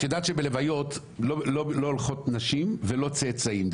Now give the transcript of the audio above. את יודעת שבלוויות לא הולכות נשים ולא צאצאים,